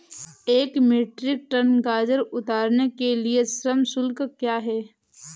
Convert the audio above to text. एक metric tonne गाजर उतारने के लिए श्रम शुल्क क्या है?